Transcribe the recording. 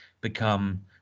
become